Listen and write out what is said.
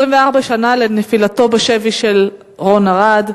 24 שנה לנפילתו בשבי של רון ארד,